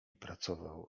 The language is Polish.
pracował